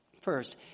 First